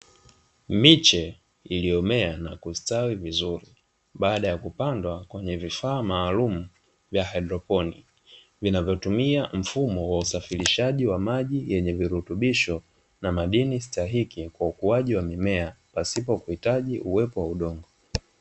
Miche iliyomea na kustawi vizuri, baada ya kupandwa kwenye vifaa maalum vya hyadroponi, vinavyotumia mfumo wa usafirishaji wa maji yenye virutubisho na madini stahiki kwa ukuaji wa mimea pasipokuhitaji uwepo wa udongo.